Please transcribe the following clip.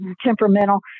temperamental